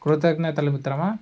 కృతజ్ఞతలు మిత్రమా